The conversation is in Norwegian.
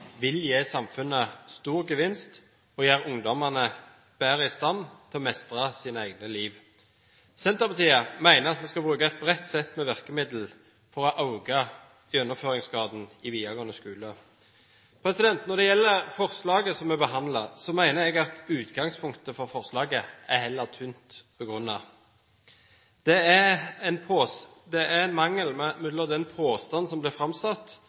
vil gi samfunnet stor gevinst og gjøre ungdommene bedre i stand til å mestre sitt eget liv. Senterpartiet mener at vi skal bruke et bredt sett med virkemidler for å øke gjennomføringsgraden i den videregående skolen. Når det gjelder forslaget som vi behandler, mener jeg at utgangspunktet for forslaget er heller tynt begrunnet. Det er en mangel når det gjelder den påstanden som blir framsatt,